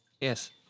Yes